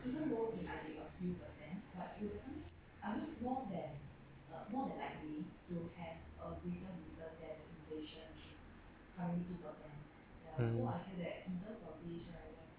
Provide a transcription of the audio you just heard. mm